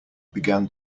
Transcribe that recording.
began